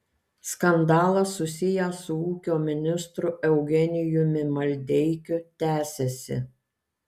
skandalas susijęs su ūkio ministru eugenijumi maldeikiu tęsiasi